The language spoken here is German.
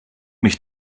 mich